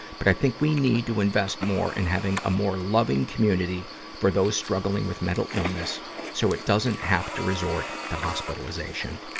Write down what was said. but i think we need to invest more and having a more loving community for those struggling with mental illness so it doesn't have to resort to hospitalization.